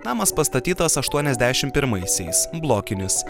namas pastatytas aštuoniasdešim pirmaisiais blokinis